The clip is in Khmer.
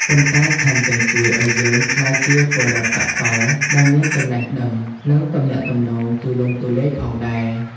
ប៉ុន្តែថែមទាំងជួយឱ្យយើងក្លាយជា ពលរដ្ឋសកល ដែលមានចំណេះដឹង និងទំនាក់ទំនងទូលំទូលាយផងដែរ។